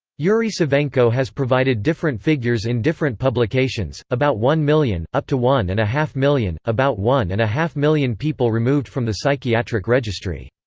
yury savenko has provided different figures in different publications about one million, up to one and a half million, about one and a half million people removed from the psychiatric registry.